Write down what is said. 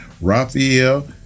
Raphael